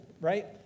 right